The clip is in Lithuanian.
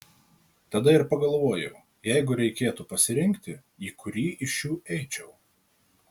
tada ir pagalvojau jeigu reikėtų pasirinkti į kurį iš šių eičiau